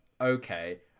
okay